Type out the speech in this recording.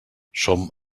som